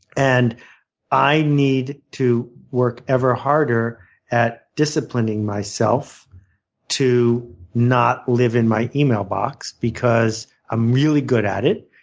and i need to work ever harder at disciplining myself to not live in my email box because i'm really good at it,